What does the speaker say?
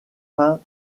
fin